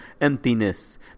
emptiness